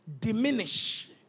Diminish